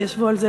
שישבו על זה,